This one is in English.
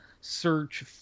search